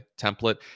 template